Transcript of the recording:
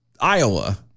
Iowa